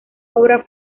obra